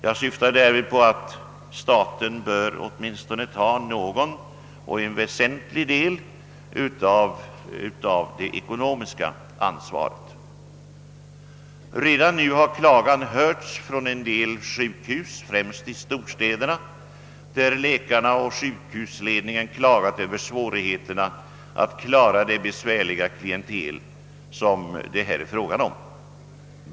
Jag syftar därvid på att staten bör ta åtminstone någon och helst en väsentlig del av det ekonomiska ansvaret. Redan nu har klagan hörts från en del sjukhus, främst i storstäderna, där läkarna och sjukhusledningarna påtalat svårigheterna att klara det besvärliga klientel som det är fråga om.